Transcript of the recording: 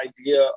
idea